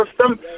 system